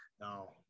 No